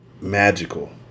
magical